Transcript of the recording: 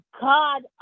God